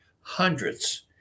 hundreds